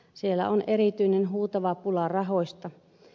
siellä on erityisen huutava pula rahoista